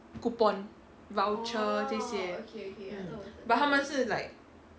coupon voucher 这些 mm but 他们是 like